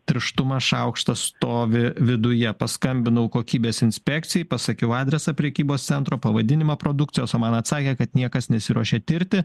tirštuma šaukštas stovi viduje paskambinau kokybės inspekcijai pasakiau adresą prekybos centro pavadinimą produkcijos o man atsakė kad niekas nesiruošia tirti